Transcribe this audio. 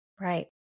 Right